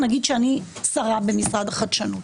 נגיד שאני שרה במשרד החדשנות.